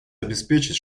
обеспечить